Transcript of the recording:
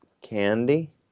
Candy